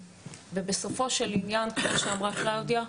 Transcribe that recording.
בסופו של עניין כפי שאמרה קלאודיה,